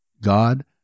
God